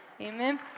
Amen